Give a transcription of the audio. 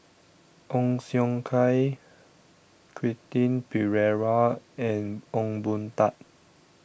Ong Siong Kai Quentin Pereira and Ong Boon Tat